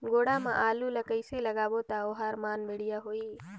गोडा मा आलू ला कइसे लगाबो ता ओहार मान बेडिया होही?